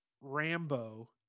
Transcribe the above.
Rambo